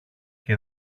και